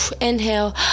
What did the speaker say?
Inhale